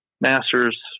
Masters